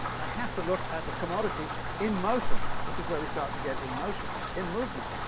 i have to look at the commodity in motion. this is where we start to get in motion, in movement.